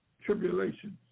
tribulations